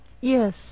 Yes